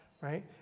right